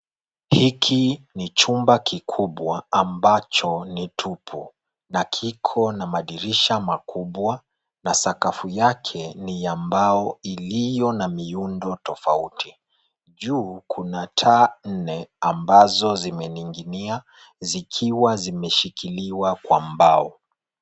Hiki ni chumba kikubwa ambacho ni tupu, na kiko na madirisha makubwa, na sakafu yake ni ya mbao iliyo na miundo tofauti, juu kuna taa nne ambazo zimeninginia, zikiwa zimeshikiliwa kwa mbao.